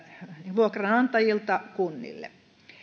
vuokranantajilta kunnille